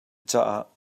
caah